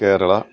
Kerala